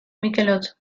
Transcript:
mikelot